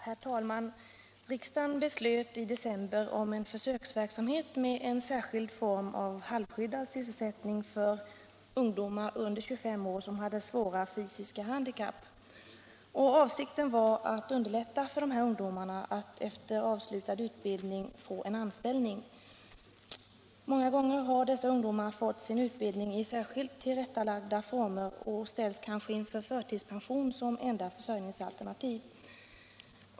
Herr talman! Riksdagen beslöt i december om försöksverksamhet med en särskild form av halvskyddad sysselsättning för ungdomar under 25 år med svåra fysiska handikapp. Avsikten var att underlätta för dessa ungdomar att efter avslutad utbildning få anställning. Många gånger har dessa ungdomar fått sin utbildning i särskilt tillrättalagda former och ställs kanske inför förtidspension som enda försörjningsalternativ.